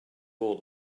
all